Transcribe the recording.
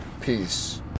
Peace